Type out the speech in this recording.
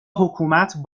حکومت